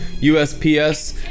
USPS